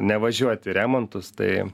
nevažiuot į remontus tai